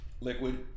Liquid